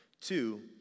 Two